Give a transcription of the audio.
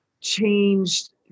changed